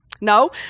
No